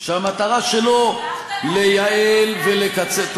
שהמטרה שלו לייעל ולקצר,